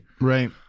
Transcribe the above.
Right